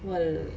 well